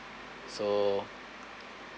so